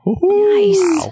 Nice